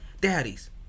daddies